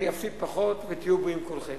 אני אפסיד פחות, ותהיו בריאים כולכם.